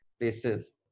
places